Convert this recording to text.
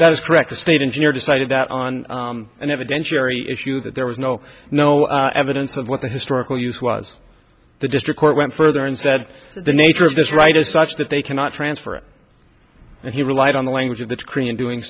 that is correct the state engineer decided that on an evidentiary issue that there was no no evidence of what the historical use was the district court went further and said the nature of this right is such that they cannot transfer and he relied on the language of the korean doing